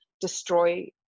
destroy